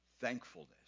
Thankfulness